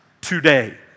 today